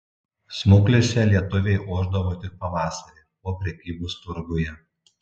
smuklėse lietuviai ošdavo tik pavasarį po prekybos turguje